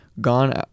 gone